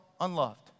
unloved